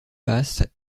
passe